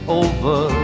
over